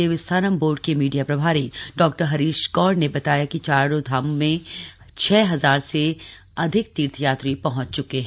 Devasthanam board के media प्रभारी डाहरीश गौड़ ने बताया कि चारधामों में छह हजार से अधिक तीर्थ यात्री पहुंच चुके हैं